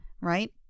Right